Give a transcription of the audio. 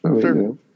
sure